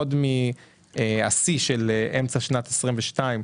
עוד מהשיא של אמצע שנת 2022,